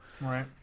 Right